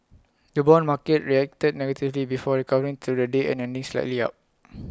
the Bond market reacted negatively before recovering through the day and ending slightly up